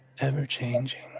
Ever-changing